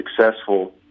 successful